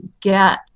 get